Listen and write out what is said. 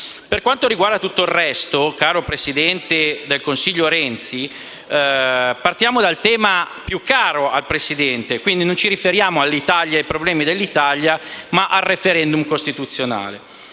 Per quanto riguarda tutto il resto, caro presidente del Consiglio Renzi, partiamo dal tema a lei più caro. Non mi riferisco infatti ai problemi dell'Italia, ma al *referendum* costituzionale.